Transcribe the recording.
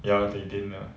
ya they didn't lah